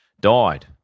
died